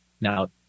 Now